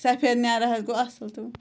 سفید نیرا حظ گوٚو اَصٕل تِم